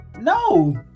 No